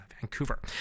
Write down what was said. Vancouver